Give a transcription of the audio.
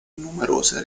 numerose